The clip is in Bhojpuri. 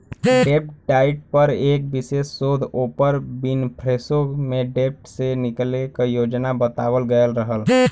डेब्ट डाइट पर एक विशेष शोध ओपर विनफ्रेशो में डेब्ट से निकले क योजना बतावल गयल रहल